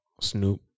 Snoop